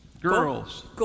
girls